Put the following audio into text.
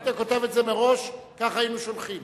היית כותב את זה מראש, ככה היינו שולחים.